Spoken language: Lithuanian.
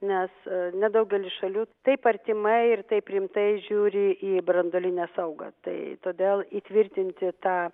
nes nedaugelis šalių taip artimai ir taip rimtai žiūri į branduolinę saugą tai todėl įtvirtinti tą